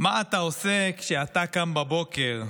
מה אתה עושה כשאתה קם בבוקר,